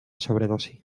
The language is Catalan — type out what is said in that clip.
sobredosi